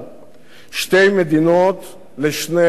שתי מדינות לשני עמים.